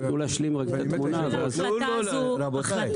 תנו להשלים את התמונה ואז --- כל ההחלטה הזו אומללה,